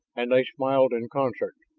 and they smiled in concert.